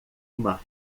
uma